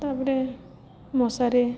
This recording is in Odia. ତାପରେ ମଶାରେ